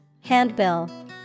Handbill